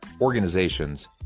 organizations